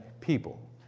people